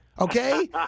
Okay